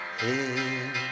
hey